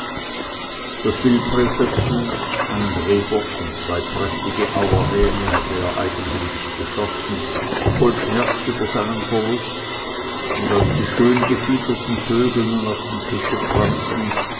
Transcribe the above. das wildbret dazu einen rehbock und zwei prächtige auerhähne hatte er eigenhändig geschossen voll schmerz über seinen verlust und als die schöngefiederten vögel nun auf dem tische prangten